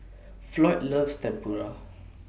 Floyd loves Tempura